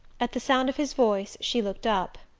at the sound of his voice she looked up.